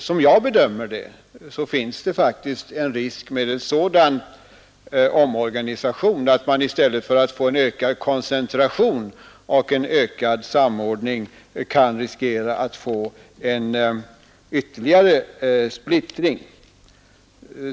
Som jag bedömer det finns det faktiskt en risk med en sådan omorganisation, nämligen att man i stället för en ökad koncentration och en ökad samordning kan få en ytterligare splittring.